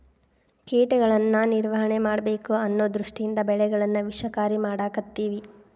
ಕೇಟಗಳನ್ನಾ ನಿರ್ವಹಣೆ ಮಾಡಬೇಕ ಅನ್ನು ದೃಷ್ಟಿಯಿಂದ ಬೆಳೆಗಳನ್ನಾ ವಿಷಕಾರಿ ಮಾಡಾಕತ್ತೆವಿ